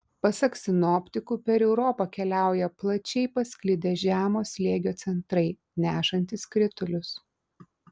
pasak sinoptikų per europą keliauja plačiai pasklidę žemo slėgio centrai nešantys kritulius